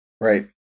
Right